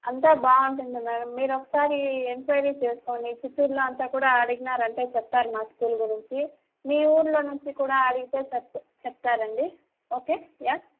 అంతా బాగుంటుంది మేడం మీరొకసారి ఎంక్వైరీ చేసుకొని చిత్తూరులో అంతా కూడా అడిగినారంటే చెప్తారు మా స్కూల్ గురించి మీ ఊళ్ళో నుంచి కూడా అడిగితే చెప్తారు చెప్తారండి ఓకే యా